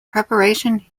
preparation